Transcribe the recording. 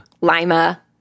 lima